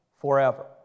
forever